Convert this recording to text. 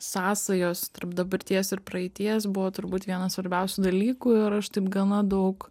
sąsajos tarp dabarties ir praeities buvo turbūt vienas svarbiausių dalykų ir aš taip gana daug